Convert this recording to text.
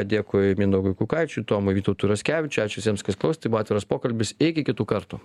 dėkui mindaugui kukaičiui tomui vytautui raskevičiui ačiū visiems kas klausė tai buvo atviras pokalbis iki kitų kartų